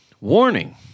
warning